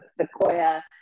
Sequoia